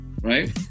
Right